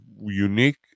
unique